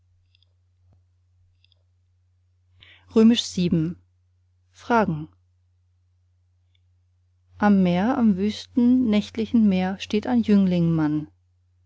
fragen am meer am wüsten nächtlichen meer steht ein jüngling mann